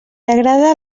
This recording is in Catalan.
agrada